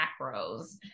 macros